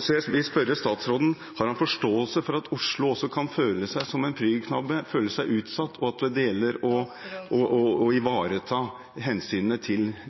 Så jeg vil spørre statsråden: Har han forståelse for at Oslo også kan føle seg som en prygelknabe, føle seg utsatt, og at det gjelder å